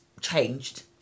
changed